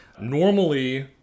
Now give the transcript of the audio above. Normally